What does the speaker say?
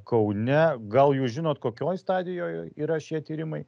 kaune gal jūs žinot kokioj stadijoj yra šie tyrimai